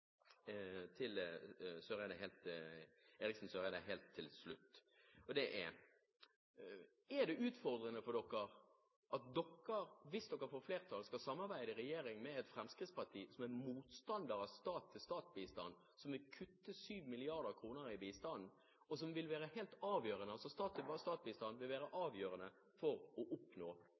Helt til slutt en utfordring til Eriksen Søreide: Er det utfordrende for dere at dere, hvis dere får flertall, skal samarbeide i regjering med et fremskrittsparti som er motstander av stat-til-stat-bistand, og som vil kutte 7 mrd. kr i bistanden? Stat-til-stat-bistand vil være avgjørende for å oppnå FNs tusenårsmål. Statsråden bes bruke tiltaleformen «president» i senere innlegg når han skal henvende seg til representantene. Å